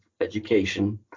education